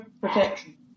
protection